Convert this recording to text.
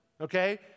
okay